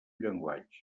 llenguatge